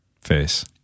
face